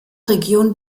region